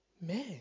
Man